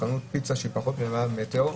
חנות פיצה שגודלה פחות מ-100 מטרים,